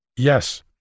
Yes